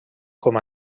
com